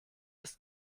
ist